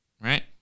right